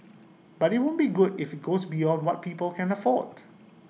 but IT won't be good if goes beyond what people can afford